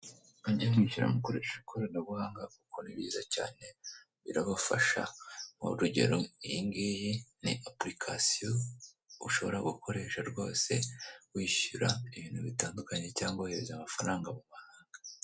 Mujye mwishyira mukoreshe ikoranabuhanga kuko ari ryiza cyane birabafasha, urugero iyi ngiyi ni apurikasiyo ushobora gukoresha rwose wishyura ibintu bitandukanye cyangwa wohereza amafaranga mu mahanga.